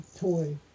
toy